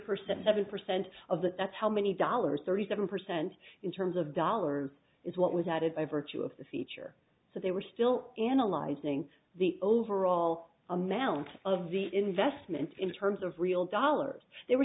percent seven percent of that that's how many dollars thirty seven percent in terms of dollars is what was added by virtue of the feature so they were still analyzing the overall amount of the investment in terms of real dollars they were